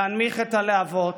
להנמיך את הלהבות,